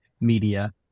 media